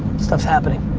stuff's happening.